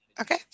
Okay